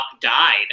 died